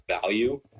value